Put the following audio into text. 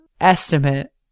estimate